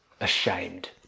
ashamed